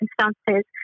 circumstances